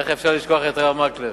איך אפשר לשכוח את הרב מקלב?